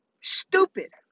Stupid